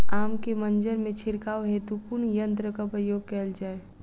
आम केँ मंजर मे छिड़काव हेतु कुन यंत्रक प्रयोग कैल जाय?